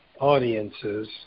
audiences